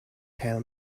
tell